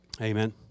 Amen